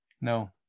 No